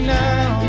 now